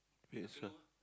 pay extra